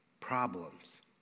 problems